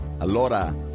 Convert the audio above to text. Allora